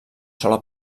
sola